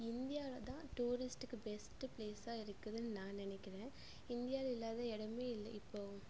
இந்தியாவில் தான் டூரிஸ்ட்டுக்கு பெஸ்ட் பிளேசா இருக்குதுன்னு நான் நினக்கிறேன் இந்தியாவில இல்லாத இடமே இல்லை இப்போது